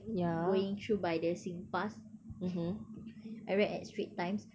going through by the singpass I read at straits times